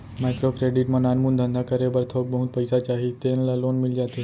micro credit म नानमुन धंधा करे बर थोक बहुत पइसा चाही तेन ल लोन मिल जाथे